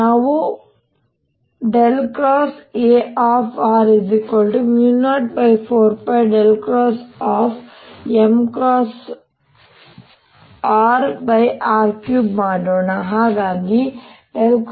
ಆದ್ದರಿಂದ ನಾವು Ar04πmrr3 ಮಾಡೋಣ ಹಾಗಾಗಿ ABB